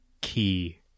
key